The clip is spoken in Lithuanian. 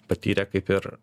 patyrė kaip ir